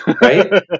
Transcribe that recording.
right